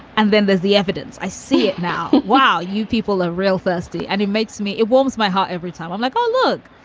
and then there's the evidence. i see it now. wow. you people are real thirsty and it makes me it warms my heart every time i'm like, oh, look,